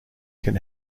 can